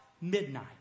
midnight